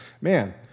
Man